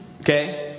Okay